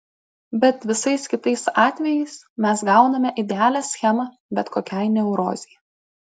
bet visais kitais atvejais mes gauname idealią schemą bet kokiai neurozei